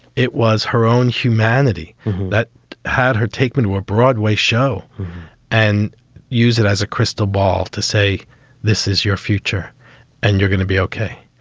it was her own humanity that had her take me to a broadway show and use it as a crystal ball to say this is your future and you're gonna be ok.